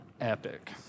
epic